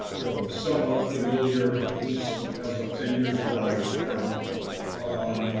you know, somewhat familiar at least as of ten years ago i was current on